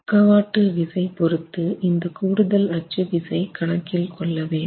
பக்கவாட்டு விசை பொறுத்து இந்த கூடுதல் அச்சு விசை கணக்கில் கொள்ள வேண்டும்